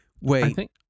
wait